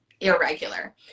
irregular